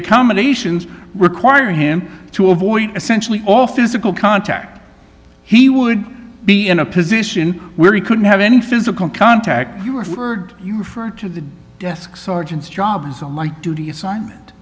accommodations require him to avoid essentially all physical contact he would be in a position where he couldn't have any physical contact you referred you refer to the desk sergeant jobs on my duty assignment